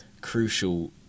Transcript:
crucial